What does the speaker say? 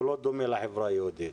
לא דומה לחברה היהודית.